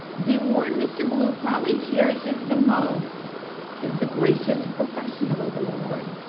the award mr. ballou probably cherishes the most is the gracious professionalism award.